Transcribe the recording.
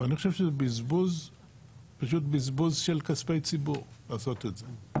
ואני חושב שזה פשוט בזבוז של כספי ציבור לעשות את זה,